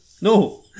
No